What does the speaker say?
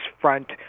front